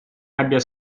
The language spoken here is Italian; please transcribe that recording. abbia